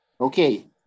Okay